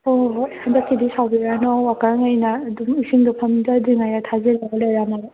ꯍꯣꯏ ꯍꯣꯏ ꯍꯣꯏ ꯍꯟꯗꯛꯀꯤꯗꯤ ꯁꯥꯎꯕꯤꯔꯅꯣ ꯋꯥꯛꯀꯔꯉꯩꯅ ꯑꯗꯨꯝ ꯏꯁꯤꯡꯗꯨ ꯐꯝꯗꯗ꯭ꯔꯤꯉꯩꯗ ꯊꯥꯖꯤꯜꯂꯒ ꯂꯩꯔꯝꯂꯕ